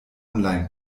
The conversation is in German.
online